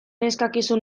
eskakizun